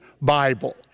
Bible